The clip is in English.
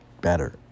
better